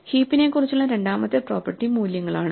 ഹീപ്പിനെക്കുറിച്ചുള്ള രണ്ടാമത്തെ പ്രോപ്പർട്ടി മൂല്യങ്ങളാണ്